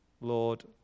Lord